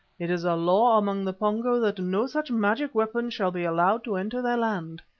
it is a law among the pongo that no such magic weapon shall be allowed to enter their land.